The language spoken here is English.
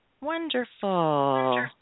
Wonderful